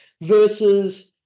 versus